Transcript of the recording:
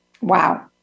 Wow